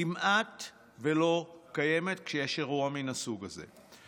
כמעט שלא קיימת כשיש אירוע מן הסוג הזה.